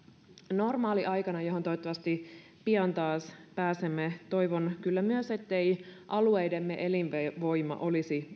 normaaliaikana johon toivottavasti pian taas pääsemme toivon kyllä myös ettei alueidemme elinvoima olisi